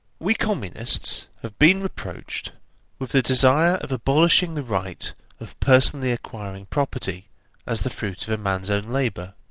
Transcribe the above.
we communists have been reproached with the desire of abolishing the right of personally acquiring property as the fruit of a man's own labour,